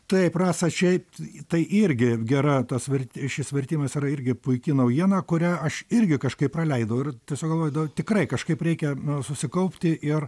taip rasa šiaip tai irgi gera tas vert šis vertimas yra irgi puiki naujiena kurią aš irgi kažkaip praleidau ir tiesiog galvoju nu tikrai kažkaip reikia susikaupti ir